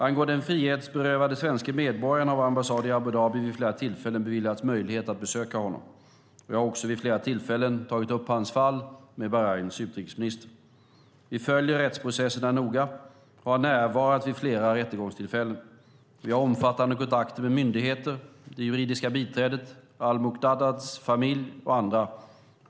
Angående den frihetsberövade svenske medborgaren, Mohammed Habib al-Muqdad, har vår ambassad i Abu Dhabi vid flera tillfällen beviljats möjlighet att besöka honom. Jag har också vid flera tillfällen tagit upp hans fall med Bahrains utrikesminister. Vi följer rättsprocesserna noga och har närvarat vid flera rättegångstillfällen. Vi har omfattande kontakter med myndigheter, det juridiska biträdet, al-Muqdads familj och andra.